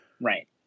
right